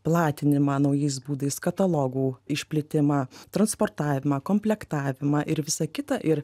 platinimą naujais būdais katalogų išplitimą transportavimą komplektavimą ir visa kita ir